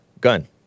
Gun